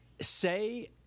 Say